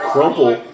Crumple